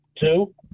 two